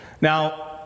Now